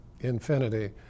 infinity